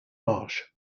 marsh